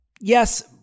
yes